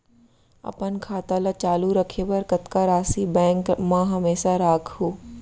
अपन खाता ल चालू रखे बर कतका राशि बैंक म हमेशा राखहूँ?